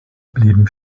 blieben